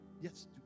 Yes